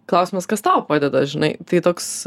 klausimas kas tau padeda žinai tai toks